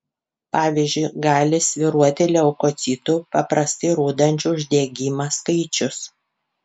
pavyzdžiui gali svyruoti leukocitų paprastai rodančių uždegimą skaičius